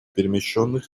перемещенных